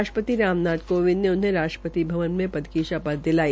राष्ट्रपति रामनाथ कोविंद ने उन्हें राष्ट्रपति भवन में पद की शपथ दिलाई